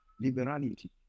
liberality